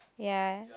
ya